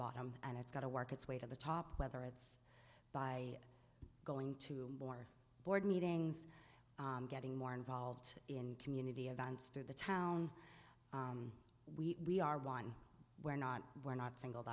bottom and it's got to work its way to the top whether it's by going to war board meetings getting more involved in community events through the town we are one where not we're not singled